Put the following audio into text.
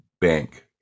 Bank